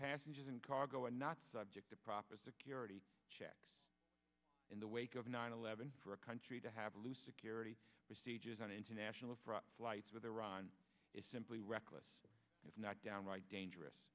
passengers and cargo and not subject to proper security checks in the wake of nine eleven for a country to have loose security procedures on international affairs flights with iran is simply reckless if not downright dangerous